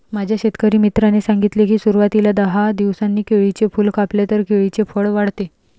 माझ्या शेतकरी मित्राने सांगितले की, सुरवातीला दहा दिवसांनी केळीचे फूल कापले तर केळीचे फळ वाढते